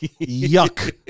yuck